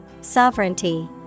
Sovereignty